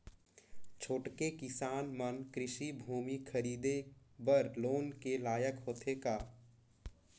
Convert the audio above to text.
छोटके किसान मन कृषि भूमि खरीदे बर लोन के लायक होथे का?